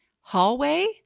hallway